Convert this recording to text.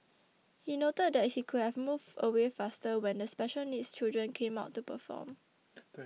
he noted that he could have moved away faster when the special needs children came out to perform